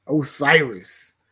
Osiris